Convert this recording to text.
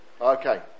Okay